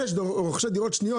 אלה שרוכשי דירות שניות,